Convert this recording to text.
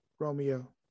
romeo